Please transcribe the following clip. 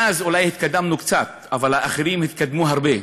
מאז אולי התקדמנו קצת, אבל האחרים התקדמו הרבה,